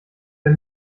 der